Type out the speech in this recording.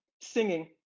Singing